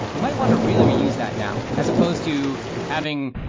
you might want to really reuse that now. as opposed to having,